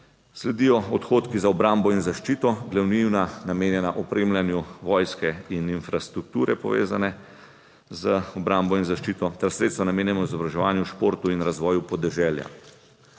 Sledijo odhodki za obrambo in zaščito, glavnina namenjena opremljanju vojske in infrastrukture, povezane z obrambo in zaščito ter sredstva, namenjena izobraževanju v športu in razvoju podeželja.